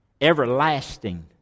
everlasting